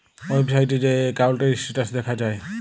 ওয়েবসাইটে যাঁয়ে একাউল্টের ইস্ট্যাটাস দ্যাখা যায়